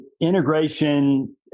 integration